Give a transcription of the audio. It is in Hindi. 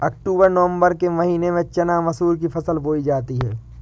अक्टूबर नवम्बर के महीना में चना मसूर की फसल बोई जाती है?